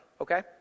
okay